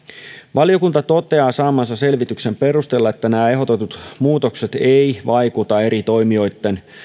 valiokunta toteaa saamansa selvityksen perusteella että nämä ehdotetut muutokset eivät vaikuta eri toimijoitten